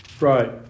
Right